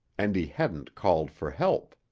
and he hadn't called for help.